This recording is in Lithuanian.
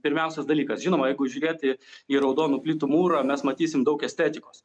pirmiausias dalykas žinoma jeigu žiūrėti į raudonų plytų mūrą mes matysim daug estetikos